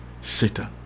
Satan